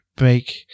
make